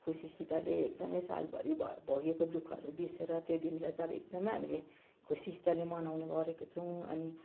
खुसीसितले एकदमै सालभरि भोगेको दुःखहरू बिर्सिएर त्यो दिनलाई चाहिँ अब एकदमै हामीले खुसीसितले मनाउने गरेको छौँ अनि